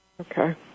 Okay